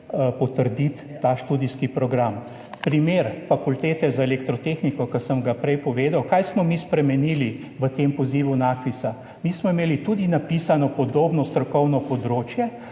potrditi ta študijski program. Primer Fakultete za elektrotehniko, ki sem ga prej povedal, kaj smo mi spremenili v tem pozivu NAKVIS. Mi smo tudi imeli napisano podobno strokovno področje,